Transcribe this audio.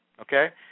Okay